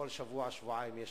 בכל שבוע, שבועיים יש